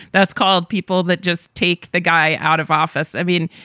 that's called people that just take the guy out of office. i mean,